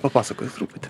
papasakokit truputį